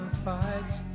fights